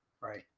Right